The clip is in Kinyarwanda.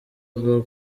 bwo